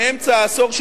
מאמצע העשור,